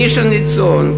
ראשון-לציון,